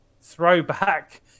throwback